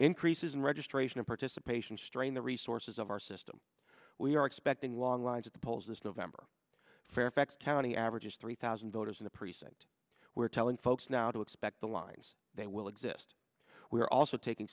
increases in registration participation strain the resources of our system we are expecting long lines at the polls this november fairfax county average is three thousand voters in the precinct where telling folks now to expect the lines they will exist we are also taking